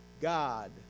God